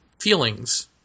feelings